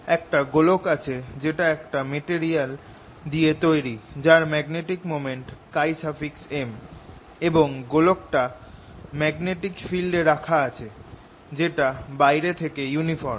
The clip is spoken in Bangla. একটা গোলক আছে যেটা একটা মেটেরিয়াল দিয়ে তৈরি যার ম্যাগনেটিক মোমেন্ট M এবং গোলকটা ম্যাগনেটিক ফিল্ড এ রাখা আছে যেটা বাইরে থেকে ইউনিফর্ম